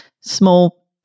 small